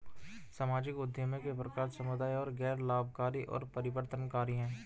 सामाजिक उद्यमियों के प्रकार समुदाय, गैर लाभकारी और परिवर्तनकारी हैं